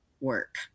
work